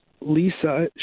Lisa